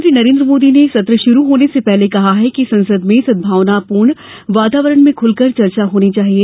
प्रधानमंत्री नरेन्द्र मोदी ने सत्र शरू होने से पहले कहा है कि संसद में सदभावपूर्ण वातावरण में खुलकर चर्चा होनी चाहिए